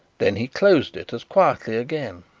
then he closed it as quietly again.